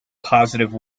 positive